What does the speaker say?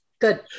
good